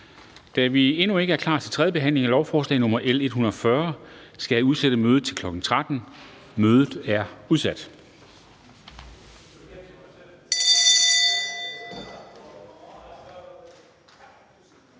Da vi endnu ikke er klar til tredjebehandlingen af lovforslag nr. L 140, skal jeg udsætte mødet til kl. 13.00. Mødet er udsat.